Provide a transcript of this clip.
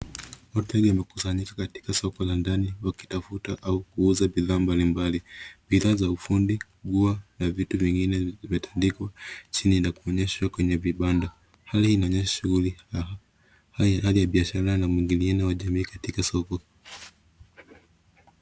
Watu wengi wamekusanyika katika soko la ndani, wakitafuta au kuuza bidhaa mbali mbali. Bidhaa za ufundi, ua, na viti vingine vimetandikwa chini na kuonyeshwa kwenye vibanda. Hali inaonyesha shughuli la hali ya biashara na mwingiliano wa jamii katika soko.